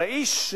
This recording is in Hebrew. הרי איש,